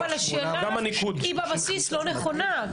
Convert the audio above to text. בבסיסה.